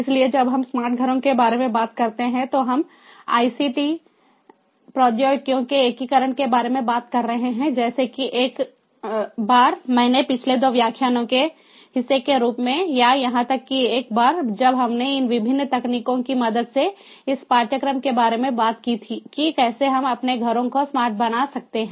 इसलिए जब हम स्मार्ट घरों के बारे में बात करते हैं तो हम आईसीटी प्रौद्योगिकियों के एकीकरण के बारे में बात कर रहे हैं जैसे कि एक बार मैंने पिछले 2 व्याख्यानों के हिस्से के रूप में या यहां तक कि एक बार जब हमने इन विभिन्न तकनीकों की मदद से इस पाठ्यक्रम के बारे में बात की थीकी कैसे हम अपने घरों को स्मार्ट बना सकते हैं